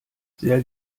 sehr